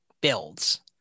builds